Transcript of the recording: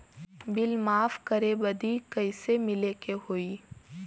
Bill माफ करे बदी कैसे मिले के होई?